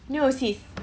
no sis